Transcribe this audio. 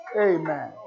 Amen